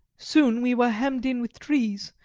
soon we were hemmed in with trees,